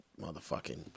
motherfucking